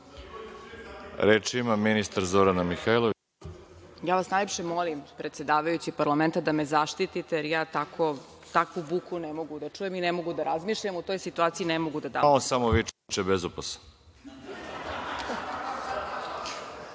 Mihajlović. **Zorana Mihajlović** Ja vas najlepše molim, predsedavajući parlamenta, da me zaštitite, jer ja takvu buku ne mogu da čujem i ne mogu da razmišljam i u toj situaciji ne mogu da dam odgovor.